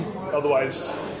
Otherwise